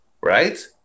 right